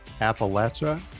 Appalachia